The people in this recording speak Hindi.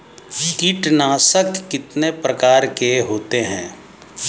कीटनाशक कितने प्रकार के होते हैं?